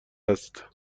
است